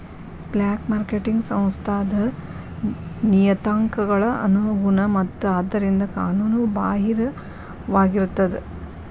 black marketing ಸಂಸ್ಥಾದ್ ನಿಯತಾಂಕಗಳ ಅನುಗುಣ ಮತ್ತ ಆದ್ದರಿಂದ ಕಾನೂನು ಬಾಹಿರವಾಗಿರ್ತದ